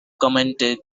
commented